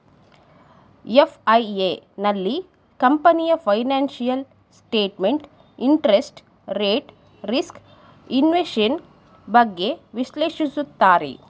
FIA, ನಲ್ಲಿ ಕಂಪನಿಯ financial statement, interest rate risk, inflation, ಬಗ್ಗೆ ವಿಶ್ಲೇಷಿಸುತ್ತಾರೆ